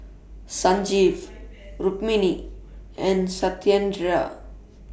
Sanjeev Rukmini and Satyendra